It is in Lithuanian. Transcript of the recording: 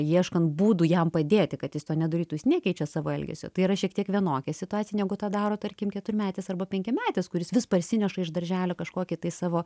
ieškant būdų jam padėti kad jis to nedarytų jis nekeičia savo elgesio tai yra šiek tiek vienokia situacija negu tą daro tarkim keturmetis arba penkiametis kuris vis parsineša iš darželio kažkokį tai savo